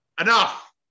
enough